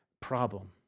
Problem